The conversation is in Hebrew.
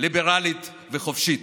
ליברלית וחופשית.